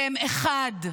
והם אחד,